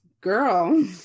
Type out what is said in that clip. girl